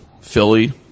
Philly